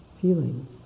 feelings